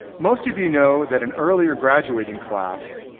most of you know that an earlier graduating class,